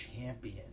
champion